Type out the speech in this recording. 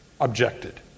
objected